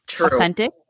authentic